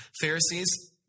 Pharisees